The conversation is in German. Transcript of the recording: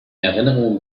erinnerung